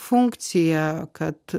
funkciją kad